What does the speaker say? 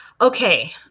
Okay